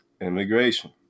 Immigration